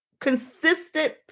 consistent